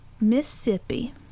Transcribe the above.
Mississippi